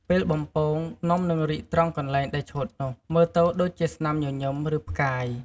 ពេលបំពង នំនឹងរីកត្រង់កន្លែងដែលឆូតនោះ មើលទៅដូចជាស្នាមញញឹម ឬផ្កាយ។